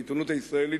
העיתונות הישראלית,